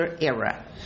era